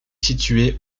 situé